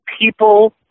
people